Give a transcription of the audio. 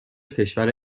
کشور